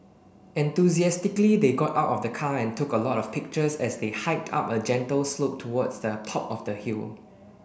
enthusiastically they got out of the car and took a lot of pictures as they hiked up a gentle slope towards the top of the hill